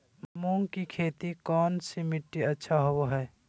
मूंग की खेती कौन सी मिट्टी अच्छा होबो हाय?